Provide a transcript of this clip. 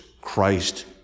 Christ